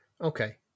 Okay